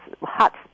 hot